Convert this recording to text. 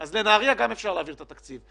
אז לנהריה גם אפשר להעביר את התקציב,